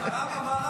למה?